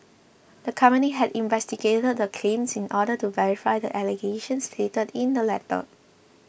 the company had investigated the claims in order to verify the allegations stated in the letter